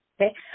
Okay